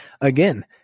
again